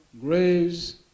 graves